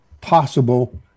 possible